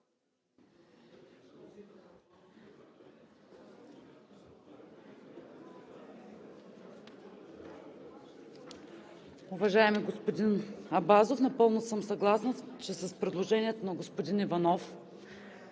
Уважаеми господин Абазов, напълно съм съгласна, че предложението на господин Иванов